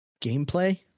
gameplay